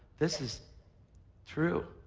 this is true